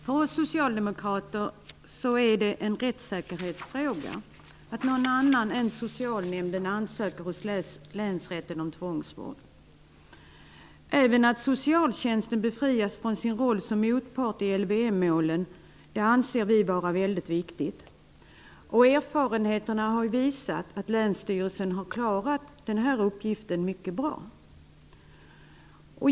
För oss socialdemokrater är det en rättssäkerhetsfråga att någon annan än socialnämnden ansöker hos länsrätten om tvångsvård. Även att socialtjänsten befrias från sin roll som motpart i LVM-målen anser vi vara väldigt viktigt. Erfarenheterna har visat att länsstyrelsen har klarat den här uppgiften mycket bra.